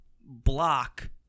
block